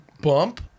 bump